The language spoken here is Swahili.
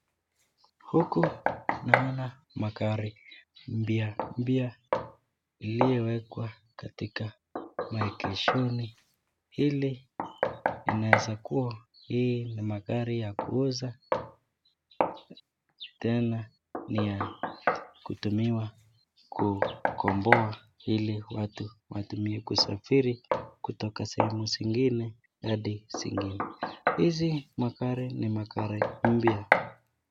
Huku naona magari mpya mpya, iliyowekwa katika maegeshoni ili inaweza kuwa hii ni magari ya kuuza , tena ni ya kutumiwa kukomboa ili watu watumie kusafiri kutoka sehemu zingine hadi zingine, hizi magari ni magari mpya.